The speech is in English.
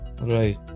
right